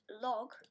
log